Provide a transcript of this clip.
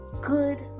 good